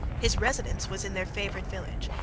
his residence was in their favourite village,